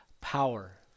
power